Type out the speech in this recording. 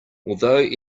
although